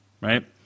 right